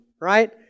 right